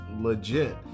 legit